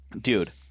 dude